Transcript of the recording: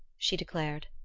she declared.